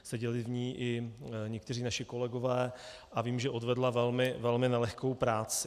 Seděli v ní i někteří naši kolegové a vím, že odvedla velmi nelehkou práci.